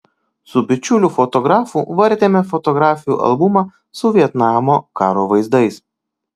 su bičiuliu fotografu vartėme fotografijų albumą su vietnamo karo vaizdais